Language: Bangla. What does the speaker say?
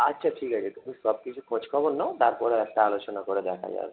আচ্ছা ঠিক আছে তুমি সব কিছু খোঁজখবর নাও তারপরে একটা আলোচনা করে দেখা যাবে